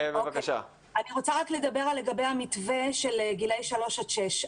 אני רוצה לדבר רק על המתווה של גילי שלוש עד שש.